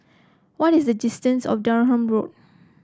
what is the distance of Durham Road